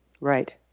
Right